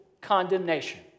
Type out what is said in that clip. condemnation